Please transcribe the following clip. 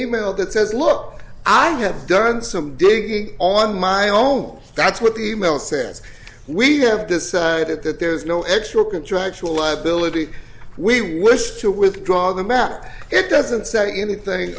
email that says look i have done some digging on my own that's what the e mail says we have decided that there is no actual contractual liability we wish to withdraw the map it doesn't say anything